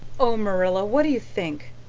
oh, marilla, what do you think?